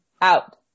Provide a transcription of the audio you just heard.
out